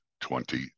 twenty